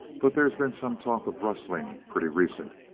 but they's been some talk of rustling, pretty recent.